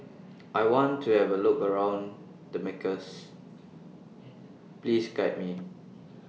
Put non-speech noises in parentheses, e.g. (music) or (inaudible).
(noise) I want to Have A Look around Damascus Please Guide Me